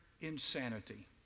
insanity